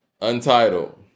Untitled